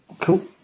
Cool